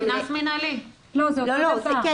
קנס